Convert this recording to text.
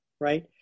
right